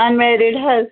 اَن married حظ